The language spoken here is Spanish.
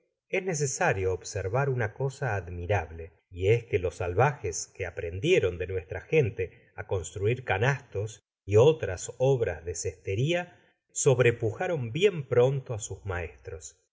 es necesario observar una cosa admirable y es que los salvajes que aprendieron de nuestra gente á construir canastos y otras obras de cestero sobrepujaron bien pronto á sus maestros